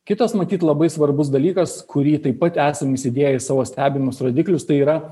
kitas matyt labai svarbus dalykas kurį taip pat esam įsidėję į savo stebimus rodiklius tai yra